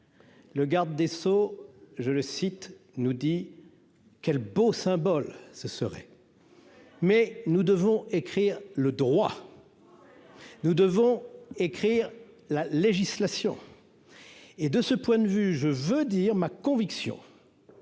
le garde des Sceaux, je le cite, nous dit quel beau symbole ce serait. Mais nous devons écrire le droit. Nous devons écrire la législation et de ce point de vue, je veux dire ma conviction